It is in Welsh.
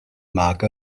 mag